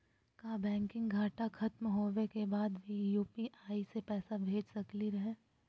का बैंकिंग घंटा खत्म होवे के बाद भी यू.पी.आई से पैसा भेज सकली हे?